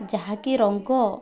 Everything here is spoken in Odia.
ଯାହାକି ରଙ୍ଗ